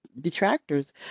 detractors